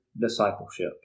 Discipleship